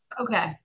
Okay